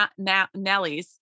Nellies